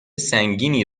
سنگینی